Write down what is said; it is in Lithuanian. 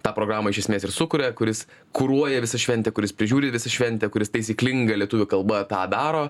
tą programą iš esmės ir sukuria kuris kuruoja visą šventę kuris prižiūri visą šventę kuris taisyklinga lietuvių kalba tą daro